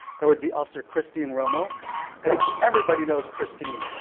that would be officer christine romo i think everybody knows christine